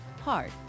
Hard